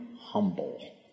humble